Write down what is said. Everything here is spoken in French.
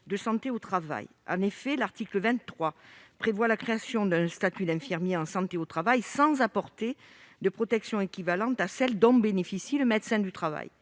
de santé au travail. L'article 23 prévoit la création d'un statut d'infirmier de santé au travail sans apporter de protection équivalente à celle dont bénéficie le médecin du travail.